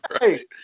Hey